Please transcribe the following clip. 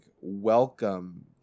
welcome